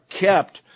kept